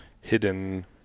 hidden